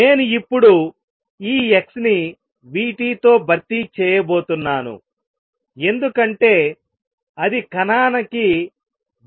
నేను ఇప్పుడు ఈ x ని v t తో భర్తీ చేయబోతున్నాను ఎందుకంటే అది కణానికి vinternal